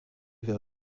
vers